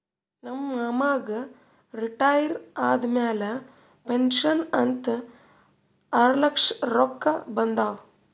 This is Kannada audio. ನಮ್ ಮಾಮಾಗ್ ರಿಟೈರ್ ಆದಮ್ಯಾಲ ಪೆನ್ಷನ್ ಅಂತ್ ಆರ್ಲಕ್ಷ ರೊಕ್ಕಾ ಬಂದಾವ್